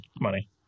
money